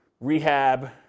rehab